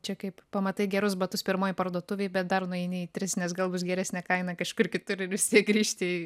čia kaip pamatai gerus batus pirmoj parduotuvėj bet dar nueini į tris nes gal bus geresnė kaina kažkur kitur ir vis tiek grįžti į